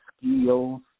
skills